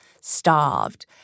starved